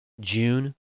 june